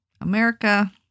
America